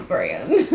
Brand